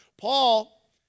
Paul